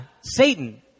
Satan